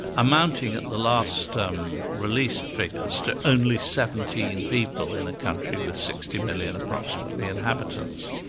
amounting at the last um released figures, to only seventeen people in a country with sixty million, approximately, inhabitants.